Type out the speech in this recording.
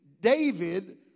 David